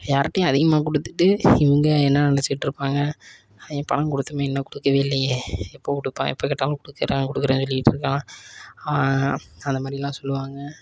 யார்கிட்டையும் அதிகமாக கொடுத்துட்டு இவங்க என்ன நினச்சிக்கிட்டு இருப்பாங்க ஐயோ பணம் கொடுத்தோமே இன்னும் கொடுக்கவே இல்லையே எப்போ கொடுப்பான் எப்போ கேட்டாலும் கொடுக்குறேன் கொடுக்குறேன் சொல்லிக்கிட்டிருக்கான் அந்த மாதிரில்லாம் சொல்லுவாங்க